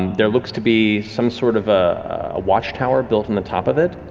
there looks to be some sort of a watchtower built on the top of it.